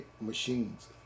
machines